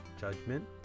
judgment